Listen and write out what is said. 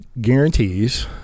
guarantees